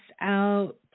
out